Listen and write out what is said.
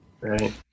right